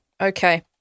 Okay